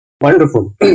Wonderful